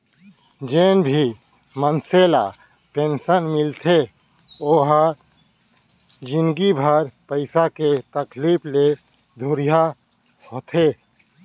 जेन भी मनसे ल पेंसन मिलथे ओ ह जिनगी भर पइसा के तकलीफ ले दुरिहा होथे